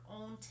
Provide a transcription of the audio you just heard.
own